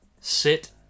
sit